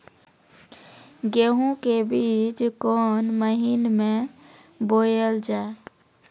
गेहूँ के बीच कोन महीन मे बोएल जाए?